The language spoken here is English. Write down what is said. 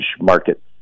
market